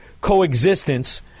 coexistence